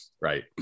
right